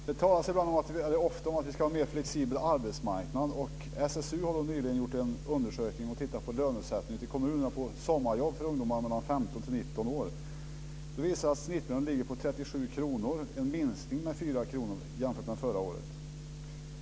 Fru talman! Det talas ofta om att vi ska ha en mer flexibel arbetsmarknad. SSU har nyligen gjort en undersökning och tittat på lönesättningen ute i kommunerna på sommarjobb för ungdomar mellan 15 och 19 år. Det visar sig att snittet ligger på 37 kr, vilket är en minskning med 4 kr jämfört med förra året.